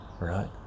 right